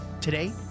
Today